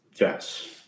Yes